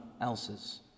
else's